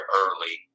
early